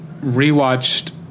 rewatched